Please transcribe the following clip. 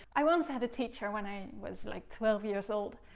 i once had a teacher when i was like twelve years old,